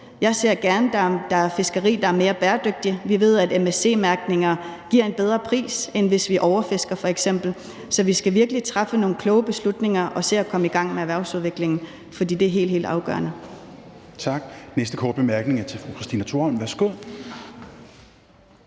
Jeg ser gerne et fiskeri, der er mere bæredygtigt. Vi ved, at MSC-mærkning giver en bedre pris, end hvis vi overfisker f.eks. Så vi skal virkelig træffe nogle kloge beslutninger og se at komme i gang med erhvervsudviklingen, for det er helt, helt afgørende.